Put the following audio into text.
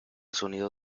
sonido